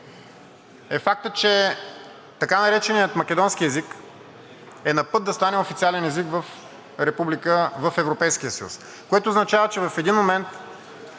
е фактът, че така нареченият македонски език е на път да стане официален език в Европейския съюз, което означава, че в един момент